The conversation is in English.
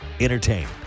Entertain